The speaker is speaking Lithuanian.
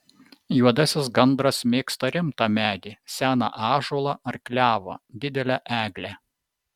juodasis gandras mėgsta rimtą medį seną ąžuolą ar klevą didelę eglę